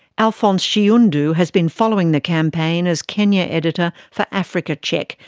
alphonce shiundu has been following the campaign as kenya editor for africa check,